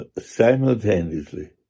simultaneously